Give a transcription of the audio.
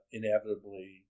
inevitably